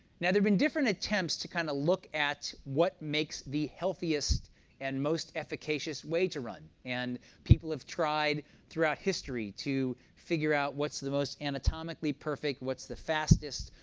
now there have been different attempts to kind of look at what makes the healthiest and most efficacious way to run. and people have tried throughout history to figure out what's the most anatomically perfect, what's the fastest,